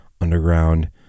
Underground